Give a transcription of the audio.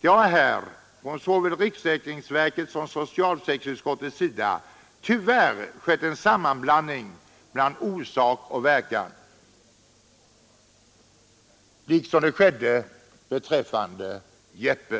Det har från både riksförsäkringsverkets och socialförsäkringsutskottets sida tyvärr skett en sammanblandning av orsak och verkan — precis på samma sätt som skedde beträffande Jeppe.